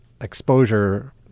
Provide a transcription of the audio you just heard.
exposure